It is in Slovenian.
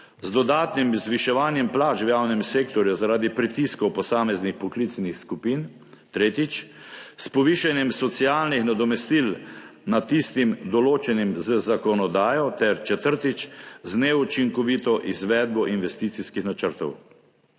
z dodatnim zviševanjem plač v javnem sektorju zaradi pritiskov posameznih poklicnih skupin. Tretjič: s povišanjem socialnih nadomestil nad tistim, določenim z zakonodajo. Ter četrtič: z neučinkovito izvedbo investicijskih načrtov.